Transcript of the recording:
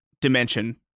dimension